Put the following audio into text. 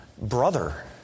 brother